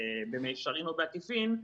במישרין או בעקיפין,